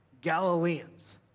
Galileans